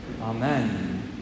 Amen